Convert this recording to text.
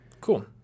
Cool